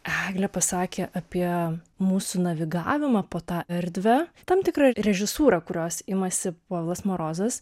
eglė pasakė apie mūsų navigavimą po tą erdvę tam tikrą režisūrą kurios imasi polas morozas